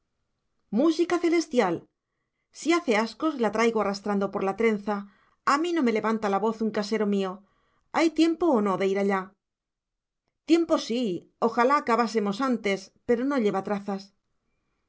música celestial si hace ascos la traigo arrastrando por la trenza a mí no me levanta la voz un casero mío hay tiempo o no de ir allá tiempo sí ojalá acabásemos antes pero no lleva trazas